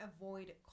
avoid